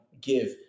give